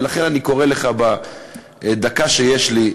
ולכן אני קורא לך בדקה שיש לי: